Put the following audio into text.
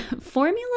Formula